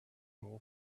more